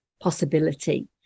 possibility